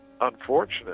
unfortunate